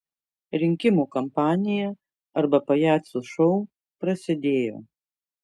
rinkimų kampanija arba pajacų šou prasidėjo